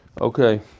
Okay